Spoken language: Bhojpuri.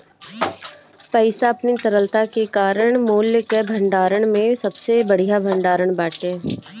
पईसा अपनी तरलता के कारण मूल्य कअ भंडारण में सबसे बढ़िया भण्डारण बाटे